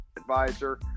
advisor